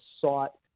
sought